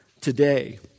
today